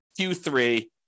Q3